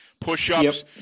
push-ups